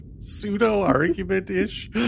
pseudo-argument-ish